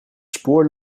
spoor